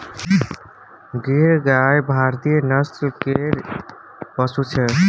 गीर गाय भारतीय नस्ल केर पशु छै